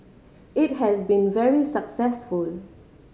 it has been very successful